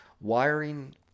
wiring